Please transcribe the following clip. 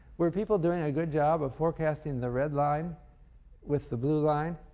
were people doing a good job of forecasting the red line with the blue line?